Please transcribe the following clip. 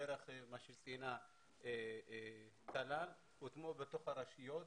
בדרך שציינה טלל, הוטמעו בתוך הרשויות.